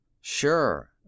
Sure